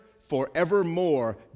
forevermore